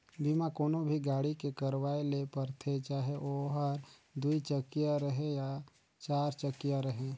बीमा कोनो भी गाड़ी के करवाये ले परथे चाहे ओहर दुई चकिया रहें या चार चकिया रहें